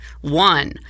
One